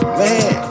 man